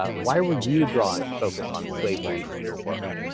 ah why were you drawn to focus on slavery in your work?